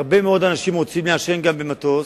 הרבה מאוד אנשים רוצים לעשן, גם במטוס